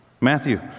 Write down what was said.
Matthew